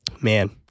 Man